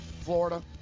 Florida